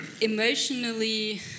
emotionally